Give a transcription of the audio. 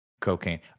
cocaine